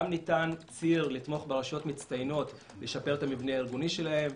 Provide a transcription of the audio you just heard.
גם ניתן ציר לתמוך ברשויות מצטיינות לשפר את המבנה הארגוני שלהן,